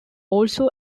also